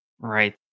Right